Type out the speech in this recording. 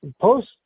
Post-